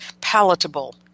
palatable